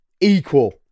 equal